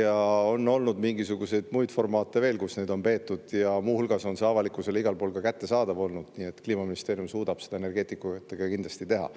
Ja on olnud mingisuguseid muid formaate veel, kus neid [arutelusid] on peetud. Muu hulgas on see avalikkusele igal pool ka kättesaadav olnud, nii et Kliimaministeerium suudab seda energeetika puhul ka kindlasti teha.